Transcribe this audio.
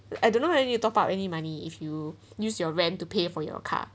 I don't know when you top up any money if you use your rent to pay for your car